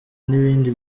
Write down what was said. n’ibindi